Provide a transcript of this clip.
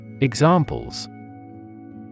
Examples